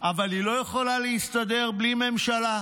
אבל היא לא יכולה להסתדר בלי ממשלה?